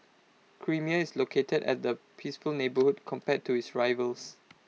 creamier is located at A peaceful neighbourhood compared to its rivals